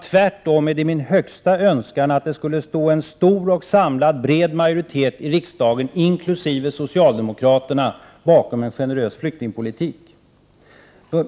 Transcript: Tvärtom, det är min högsta önskan att det skulle stå en stor, bred och samlad majoritet i riksdagen — en majoritet som inkluderar även socialdemokraterna — bakom en generös flyktingpolitik.